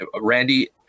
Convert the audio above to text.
Randy